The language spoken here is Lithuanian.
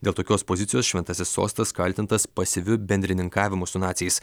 dėl tokios pozicijos šventasis sostas kaltintas pasyviu bendrininkavimu su naciais